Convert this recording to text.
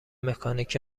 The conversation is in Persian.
مکانیک